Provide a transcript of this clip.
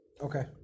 okay